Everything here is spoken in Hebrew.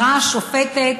אמרה השופטת